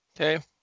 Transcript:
Okay